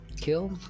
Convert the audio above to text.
Kill